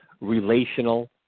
relational